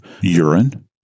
urine